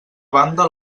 banda